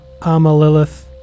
Amalilith